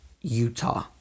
Utah